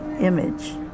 image